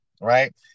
right